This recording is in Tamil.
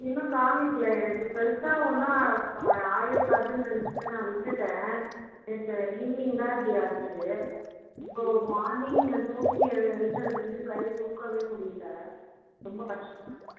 இன்னும் காமிக்கலை எனக்கு பெருசாக ஒன்றும் ஆகியிருக்காதுன்னு நெனைச்சி நான் விட்டுட்டேன் நேற்று ஈவினிங் தான் இப்படி ஆச்சு இப்போது மார்னிங் நான் தூங்கி எழுந்ததுலேருந்து கை தூக்க முடியல ரொம்ப கஷ்டமாயிருக்குது